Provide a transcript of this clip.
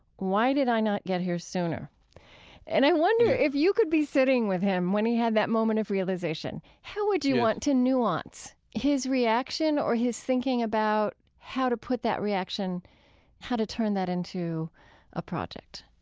why did i not get here sooner? yes and i wonder if you could be sitting with him when he had that moment of realization, how would you want to nuance his reaction or his thinking about how to put that reaction how to turn that into a project?